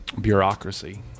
Bureaucracy